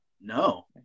No